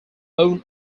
own